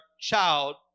child